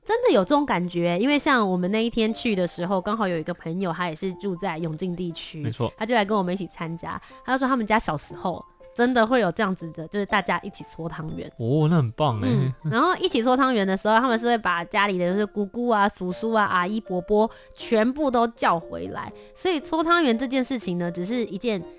真的有这种感觉，因为像我们那一天去的时候，刚好有一个朋友，他也是住在永靖地区没错。他就来跟我们一起参加。他说他们家小时候，真的会有这样子的，就是大家一起搓汤圆哦，那很棒欸嗯，然后一起搓汤圆的时候，他们是会把家里的就是姑姑啊、叔叔啊、阿姨、伯伯全部都叫回来。所以搓汤圆这件事情呢，只是一件